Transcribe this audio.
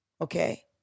okay